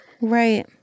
right